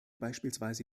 beispielsweise